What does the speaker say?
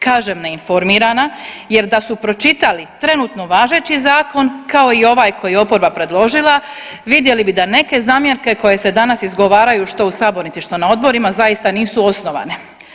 Kažem neinformirana jer da su pročitali trenutno važeći zakon, kao i ovaj koji je oporba predložila, vidjeli bi da neke zamjerke koje se danas izgovaraju, što su sabornici, što na odborima, zaista nisu osnovane.